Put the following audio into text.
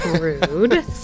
Rude